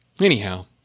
anyhow